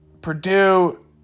Purdue